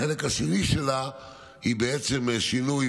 החלק השני שלה הוא בעצם שינוי,